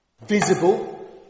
visible